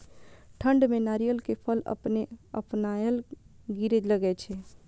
ठंड में नारियल के फल अपने अपनायल गिरे लगए छे?